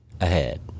ahead